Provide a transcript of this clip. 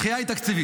הדחייה היא תקציבית.